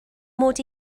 mod